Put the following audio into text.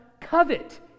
covet